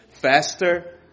faster